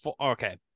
okay